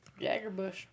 Jaggerbush